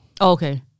Okay